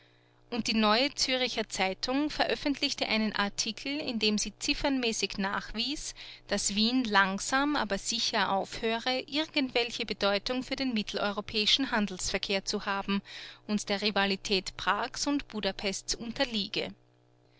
und die neue züricher zeitung veröffentlichte einen artikel in dem sie ziffernmäßig nachwies daß wien langsam aber sicher aufhöre irgendwelche bedeutung für den mitteleuropäischen handelsverkehr zu haben und der rivalität prags und budapests unterliege